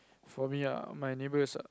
for me ah my neighbours are